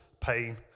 pain